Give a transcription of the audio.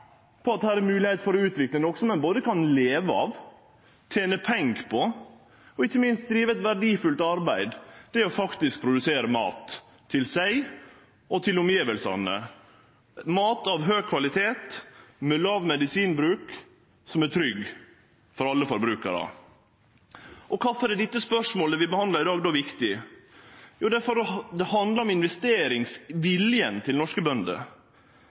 her er moglegheiter for å utvikle noko som ein både kan leve av og tene pengar på, og ikkje minst å drive eit verdfullt arbeid – det å produsere mat til seg og til omgivnadene, mat av høg kvalitet og med låg medisinbruk, som er trygg for alle forbrukarar. Og kvifor er dette spørsmålet som vi behandlar i dag, viktig? Jo, det handlar om investeringsviljen til norske bønder,